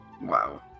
wow